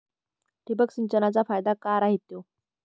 ठिबक सिंचनचा फायदा काय राह्यतो?